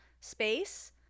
space